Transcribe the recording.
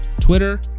twitter